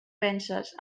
penses